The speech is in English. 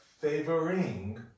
favoring